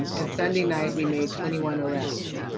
and sunday night we made twenty one arrests.